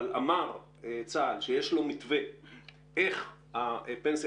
אבל אמר צה"ל שיש לו מתווה איך הפנסיה